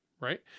right